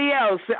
else